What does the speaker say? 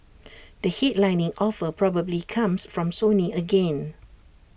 the headlining offer probably comes from Sony again